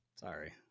Sorry